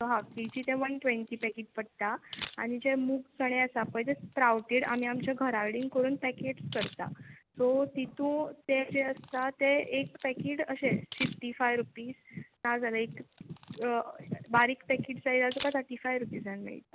so half K G तें one ट्वँटी packet पडटा आनी जे मूग चणे आसा पळय ते स्प्रावटेड आमी आमच्या घरा कडेन करून पॅकेट्स करता सो तितू तें जें आसा तें एक पॅकेट अशें फिफ्टी फाय रुपीज नाजाल्यार एक बारीक पॅकेट जाय जाल तुका थटी फाय रुपिजान मेळटा